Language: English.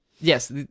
yes